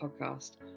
podcast